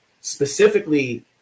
specifically